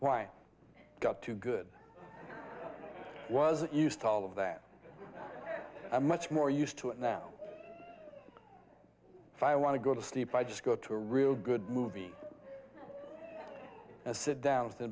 i got too good wasn't used to all of that i'm much more used to it now if i want to go to sleep i just go to a real good movie and sit down